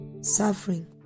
suffering